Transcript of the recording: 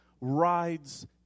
rides